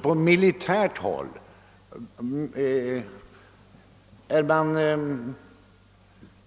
| På militärt håll är man